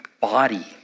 body